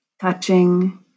touching